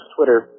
Twitter